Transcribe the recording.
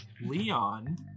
Leon